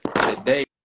today